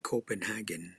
copenhagen